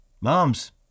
moms